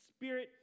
spirit